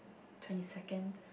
twenty second